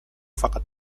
فقط